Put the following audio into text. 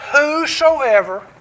whosoever